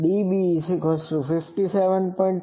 3 ૦